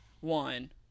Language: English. one